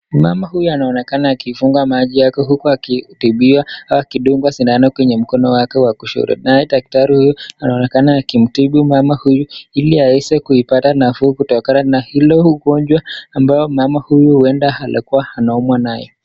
Mama huyu anaonekana amefungua macho yake huku akitibiwa au kufungwa sindano kwenye mkono wake kushoto, naye daktari anaonekana akitibu mama huyu hili aweze kuipata kutoka na hili ugonjwa ambaye mama huyu huenda alikuwa anaumwa nayo.